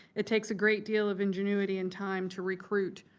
it takes a great deal of ingenuity and time to recruit,